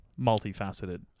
Multifaceted